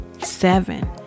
Seven